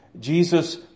Jesus